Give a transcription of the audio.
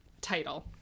title